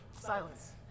silence